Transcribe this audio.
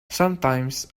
sometimes